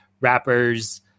rappers